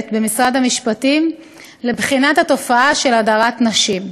במשרד המשפטים לבחינת התופעה של הדרת נשים.